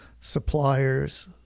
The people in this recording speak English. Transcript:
suppliers